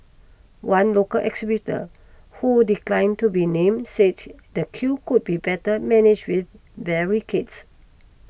one local exhibitor who declined to be named said the queue could be better managed with barricades